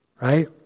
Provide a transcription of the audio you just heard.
right